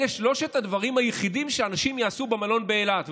אלה שלושת הדברים היחידים שאנשים יעשו במלון באילת.